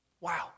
Wow